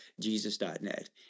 Jesus.net